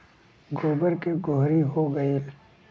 गोबर के गोहरी हो गएल